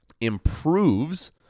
improves